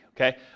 Okay